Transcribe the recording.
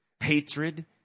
Hatred